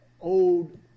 old